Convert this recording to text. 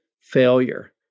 failure